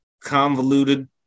convoluted